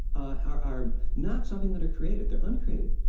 ah, are are not something that are created. they're uncreated.